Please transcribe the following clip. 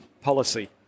policy